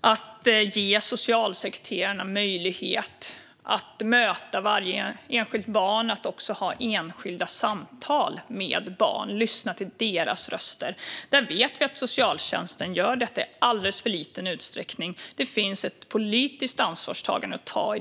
Man behöver ge socialsekreterarna möjlighet att möta varje enskilt barn och ha enskilda samtal med barn där de lyssnar till barnens röster. Vi vet att socialtjänsten gör detta i alldeles för liten utsträckning. Det finns ett politiskt ansvar att ta i detta.